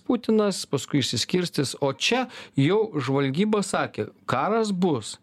putinas paskui išsiskirstys o čia jau žvalgyba sakė karas bus